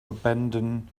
abandon